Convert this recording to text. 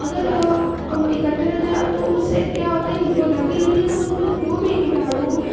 اگر اکٹھا رہتا ہے تو اس سے کیا ہوتا ہے وہ ڈھکی رہتی ہے تو اس پہ جو بھی کٹاڑو